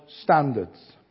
standards